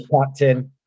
captain